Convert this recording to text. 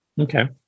Okay